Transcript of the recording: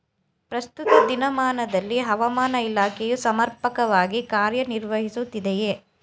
ಪ್ರಸ್ತುತ ದಿನಮಾನದಲ್ಲಿ ಹವಾಮಾನ ಇಲಾಖೆಯು ಸಮರ್ಪಕವಾಗಿ ಕಾರ್ಯ ನಿರ್ವಹಿಸುತ್ತಿದೆಯೇ?